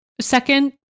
Second